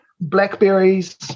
blackberries